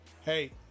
Hey